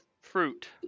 Fruit